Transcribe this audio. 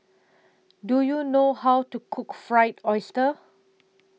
Do YOU know How to Cook Fried Oyster